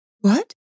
What